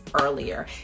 earlier